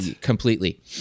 completely